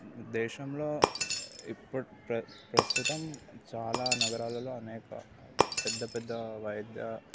దేశంలో ఇప్పటి ప్రస్తుతం చాలా నగరాలలో అనేక పెద్ద పెద్ద వైద్య